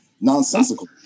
nonsensical